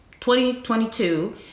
2022